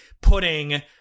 putting